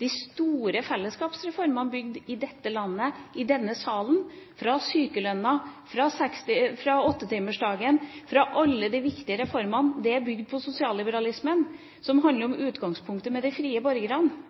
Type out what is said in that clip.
De store fellesskapsreformene bygd i dette landet, i denne salen, som sykelønnsordningen, 8-timersdagen – alle de viktige reformene – er bygd på sosialliberalismen, som har som utgangspunkt de frie borgerne.